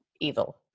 evil